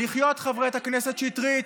חברת הכנסת שטרית,